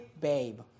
babe